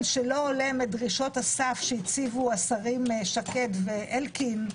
שלא הולם את דרישות הסף שהציבו השרים שקד ואלקין,